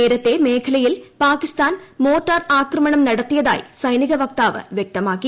നേരത്തെ മേഖലയിൽ പാകിസ്താൻ മോർട്ടാർ ആക്രമണം നടത്തിയതായി സൈനിക വക്താവ് വ്യക്തമാക്കി